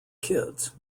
kids